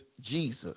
Jesus